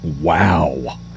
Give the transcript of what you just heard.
Wow